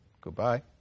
goodbye